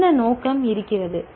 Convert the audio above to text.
என்ன நோக்கம் இருக்கிறது